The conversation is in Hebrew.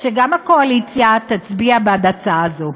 שגם הקואליציה תצביע בעד הצעה זו.